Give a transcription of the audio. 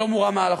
לא מורם מעל החוק.